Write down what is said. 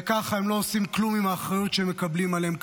וכך הם לא עושים כלום עם האחריות שהם מקבלים עליהם.